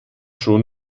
schon